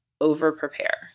over-prepare